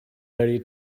thirty